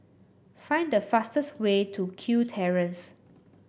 find the fastest way to Kew Terrace